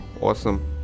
awesome